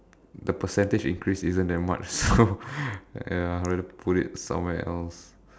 the percentage increase isn't that much so ya I'd rather put it somewhere else